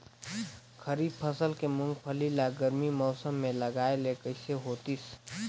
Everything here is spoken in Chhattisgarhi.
खरीफ फसल के मुंगफली ला गरमी मौसम मे लगाय ले कइसे होतिस?